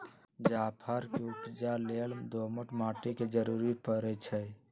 जाफर के उपजा लेल दोमट माटि के जरूरी परै छइ